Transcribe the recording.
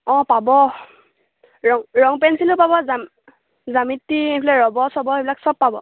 অঁ পাব ৰং ৰং পেঞ্চিলো পাব জ্যামিতি এইফালে ৰবৰ চবৰ এইবিলাক চব পাব